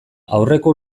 aurreko